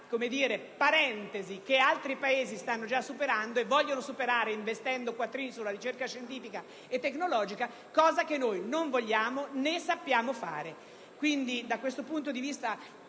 una parentesi che altri Paesi stanno già superando e vogliono superare investendo quattrini nella ricerca scientifica e tecnologia (cosa che noi non vogliamo, né sappiamo fare). Da questo punto di vista,